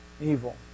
Evil